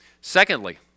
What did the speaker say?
Secondly